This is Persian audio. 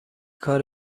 کار